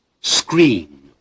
screen